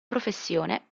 professione